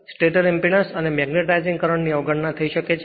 stator impedance અને magnetising current ની અવગણના થઈ શકે છે